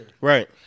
Right